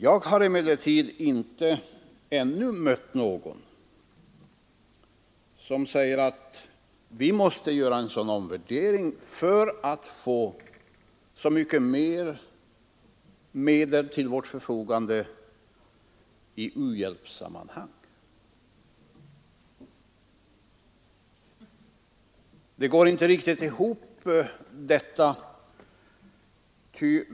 Jag har ännu inte mött någon som sagt att vi måste företa en sådan omvärdering för att få mer medel till förfogande för u-hjälp.